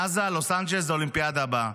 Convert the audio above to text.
מעזה ללוס אנג'לס, לאולימפיאדה הבאה.